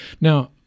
Now